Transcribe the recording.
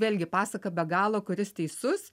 vėlgi pasaka be galo kuris teisus